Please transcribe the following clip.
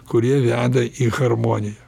kurie veda į harmoniją